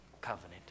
covenant